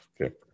Okay